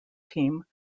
team